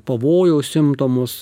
pavojaus simptomus